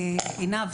עינב,